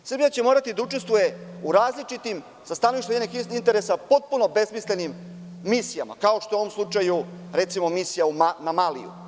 Srbija će morati da učestvuje u različitim, sa stanovišta njenih interesa, potpuno besmislenim misijama, kao što je u ovom slučaju recimo „Misija na Maliju“